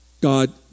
God